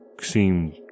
seemed